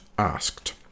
asked